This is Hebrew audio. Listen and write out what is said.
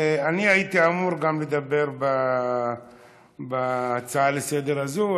גם אני הייתי אמור לדבר בהצעה לסדר-היום הזו.